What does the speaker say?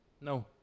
No